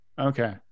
Okay